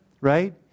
right